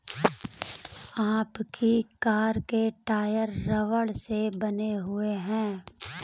आपकी कार के टायर रबड़ से बने हुए हैं